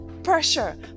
pressure